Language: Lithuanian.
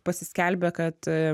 pasiskelbė kad